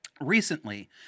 recently